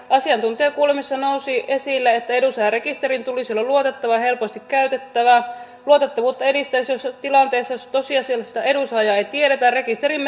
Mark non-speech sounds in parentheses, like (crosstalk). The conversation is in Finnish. asiantuntijakuulemisissa nousi esille että edunsaajarekisterin tulisi olla luotettava ja helposti käytettävä luotettavuutta edistäisi jos tilanteissa joissa tosiasiallista edunsaajaa ei tiedetä rekisteriin (unintelligible)